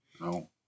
No